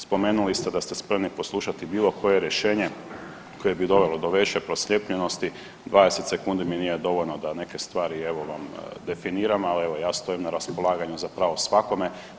Spomenuli ste da ste spremni poslušati bilo koje rješenje koje bi dovelo do veće procijepljenosti 20 sekundi mi nije dovoljno da neke stvari evo vam definiram, ali ja stojim na raspolaganju zapravo svakome.